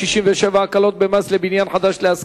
עשרה בעד, אין מתנגדים, אין נמנעים.